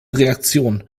reaktionen